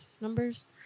numbers